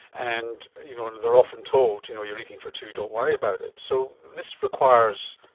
and you know and they are often told, you know, you're eating for two, don't worry about it. so this requires,